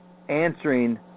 Answering